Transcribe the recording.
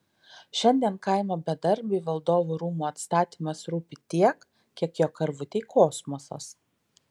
šiandien kaimo bedarbiui valdovų rūmų atstatymas rūpi tiek kiek jo karvutei kosmosas